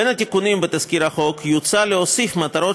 בין התיקונים בתזכיר החוק יוצע להוסיף מטרות